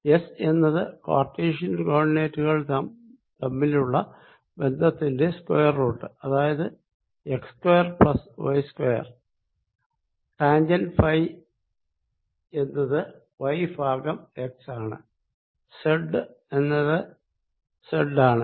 S എന്നത് Cartesian കോ ഓർഡിനേറ്റുകൾ തമ്മിലുള്ള ബന്ധത്തിന്റെ സ്ക്വയർ റൂട്ട് അതായത് x square plus y square tangent phi എന്നത് വൈ ഭാഗം എക്സ് ആണ് സെഡ് എന്നത് സെഡ് ആണ്